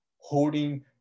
holding